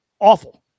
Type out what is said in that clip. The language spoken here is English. Awful